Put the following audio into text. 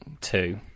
Two